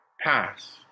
pass